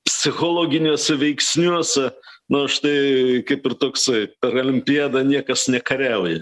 psichologiniuose veiksniuose na štai kaip ir toksai olimpiadą niekas nekariauja